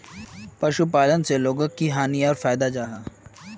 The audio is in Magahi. पशुपालन से लोगोक की हानि या फायदा जाहा?